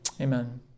Amen